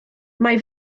mae